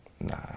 Nah